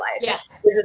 Yes